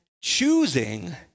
choosing